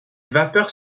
vapeurs